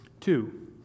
two